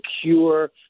secure